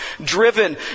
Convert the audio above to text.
driven